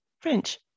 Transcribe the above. French